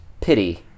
pity